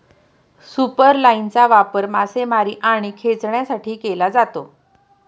सुपरलाइनचा वापर मासेमारी आणि खेचण्यासाठी केला जातो